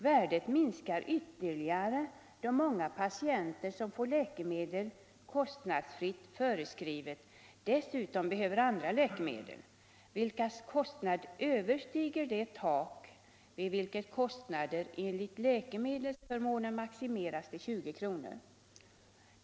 Värdet minskar ytterligare då många patienter som får läkemedel kostnadsfritt förskrivet dessutom behöver andra läkemedel, vilkas kostnad överstiger det tak vid vilket kostnaden enligt läkemedelsförmånen maximeras till 20 kr.